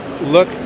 look